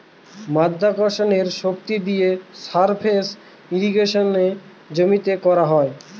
মাধ্যাকর্ষণের শক্তি দিয়ে সারফেস ইর্রিগেশনে জমিতে করা হয়